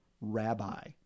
rabbi